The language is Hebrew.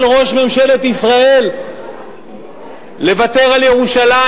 שבה נחשפים כולנו לנכונות של ראש ממשלת ישראל לוותר על ירושלים,